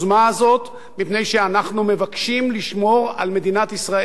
מפני שאנחנו מבקשים לשמור על מדינת ישראל כפי שאמרנו,